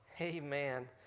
amen